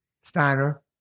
Steiner